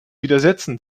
widersetzen